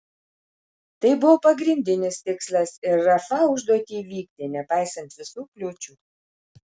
tai buvo pagrindinis tikslas ir rafa užduotį įvykdė nepaisant visų kliūčių